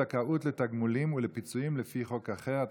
זכאות לתגמולים ולפיצויים לפי חוק אחר),